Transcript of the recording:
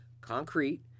concrete